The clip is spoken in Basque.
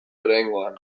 oraingoan